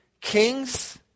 kings